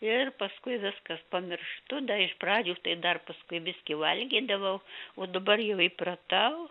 ir paskui viskas pamirštu dar iš pradžių tai dar paskui biskį valgydavau o dabar jau įpratau